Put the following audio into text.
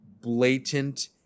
blatant